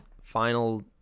final